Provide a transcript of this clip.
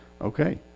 Okay